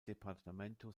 departamento